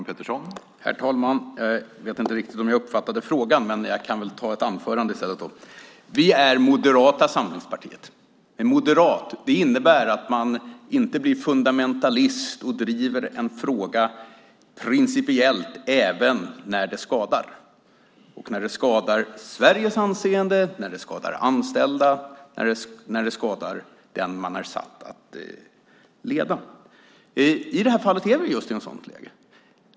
Herr talman! Jag vet inte riktigt om jag uppfattade frågan, men jag kan väl hålla ett anförande. Vi är Moderata samlingspartiet. Moderat innebär att man inte blir fundamentalist och driver en fråga principiellt även när det skadar, när det skadar Sveriges anseende, när det skadar anställda och när det skadar den man är satt att leda. I det här fallet är vi just i ett sådant läge.